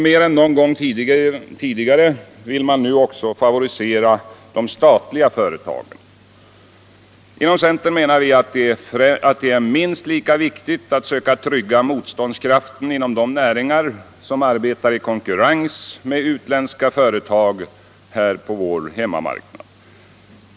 Mer än någon gång tidigare vill man nu också favorisera de statliga företagen. Vi inom centern menar att det är minst lika viktigt att söka trygga motståndskraften inom de näringar som arbetar i konkurrens med utländska företag på vår hemmamarknad.